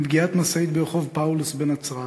מפגיעת משאית ברחוב פאולוס בנצרת,